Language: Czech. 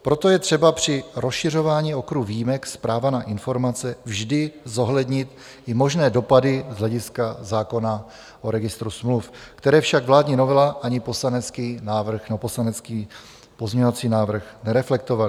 Proto je třeba při rozšiřování okruhu výjimek z práva na informace vždy zohlednit i možné dopady z hlediska zákona o registru smluv, které však vládní novela ani poslanecký návrh nebo poslanecký pozměňovací návrh nereflektovaly.